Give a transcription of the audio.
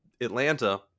Atlanta